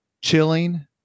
chilling